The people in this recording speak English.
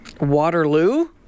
Waterloo